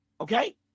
Okay